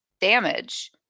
damage